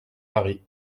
paris